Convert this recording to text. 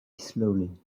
slowly